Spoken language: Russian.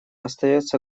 остается